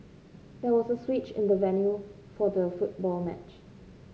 there was a switch in the venue for the football match